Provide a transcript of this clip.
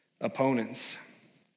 opponents